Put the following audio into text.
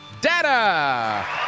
data